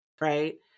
Right